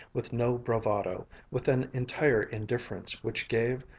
with no bravado, with an entire indifference which gave,